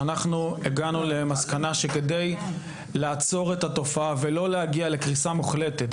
שאנחנו הגענו למסקנה שכדי לעצור את התופעה ולא להגיע לקריסה מוחלטת,